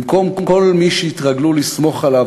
במקום כל מי שהתרגלו לסמוך עליו,